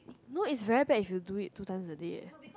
no it's very bad if you do it two times a day eh